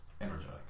Energetic